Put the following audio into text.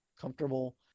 comfortable